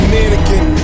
Mannequin